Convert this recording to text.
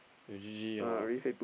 you G_G ah